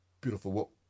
beautiful